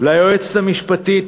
ליועצת המשפטית,